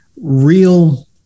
real